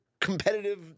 competitive